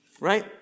Right